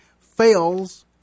fails